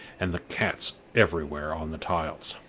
and the cats everywhere on the tiles.